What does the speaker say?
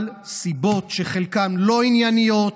מסיבות שחלקן לא ענייניות,